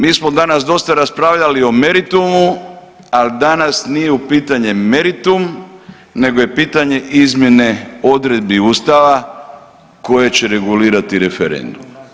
Mi smo danas dosta raspravljali o meritumu, ali danas nije u pitanje meritum nego je pitanje izmjene odredbi Ustava koje će regulirati referendum.